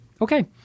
Okay